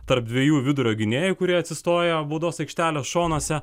tarp dviejų vidurio gynėjų kurie atsistoję baudos aikštelės šonuose